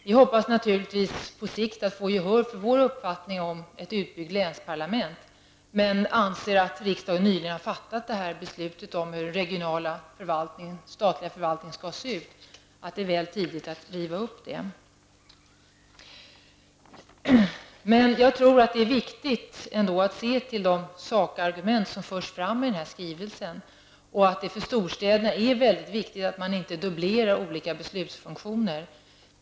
Vi hoppas naturligtvis att på sikt få gehör för vår uppfattning om ett utbyggt länsparlament, men vi anser att riksdagen nyligen har fattat beslut om hur den regionala statliga förvaltningen skall se ut och att det är väl tidigt att riva upp beslutet. Jag tror emellertid att det är viktigt att se till de sakargument som förs fram i den här skrivelsen och att det för storstäderna är mycket viktigt att man inte dubblerar olika beslutsfunktioner.